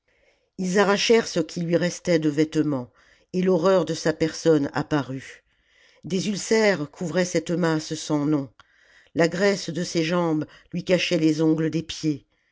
ils arrachèrent ce qui lui restait de vêtements et l'horreur de sa personne apparut des ulcères couvraient cette masse sans nom la graisse de ses jambes lui cachait les ongles des pieds